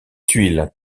tuiles